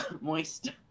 Moist